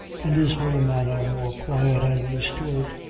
and his whole manner more quiet and restored.